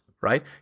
right